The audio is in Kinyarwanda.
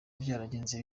byaragenze